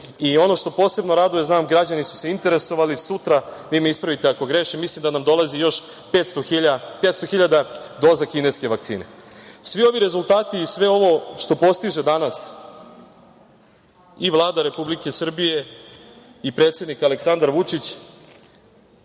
Ono što posebno raduje, znam građani su se interesovali, sutra, vi me ispravite ako grešim, mislim da nam dolazi još 500.000 doza kineske vakcine. Svi ovi rezultati i sve ovo što postiže danas i Vlada Republike Srbije i predsednik Aleksandar Vučić